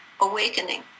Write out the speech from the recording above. awakening